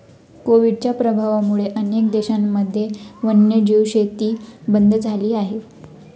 कोविडच्या प्रभावामुळे अनेक देशांमध्ये वन्यजीव शेती बंद झाली आहे